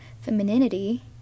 femininity